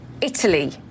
Italy